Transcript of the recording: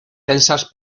tensas